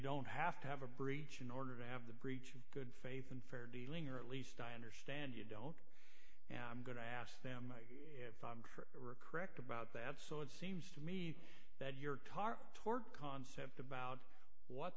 don't have to have a breach in order to have the breach of good faith and fair dealing or at least i understand you don't and i'm going to ask them for a correct about that so it seems to me that your car toward concept about what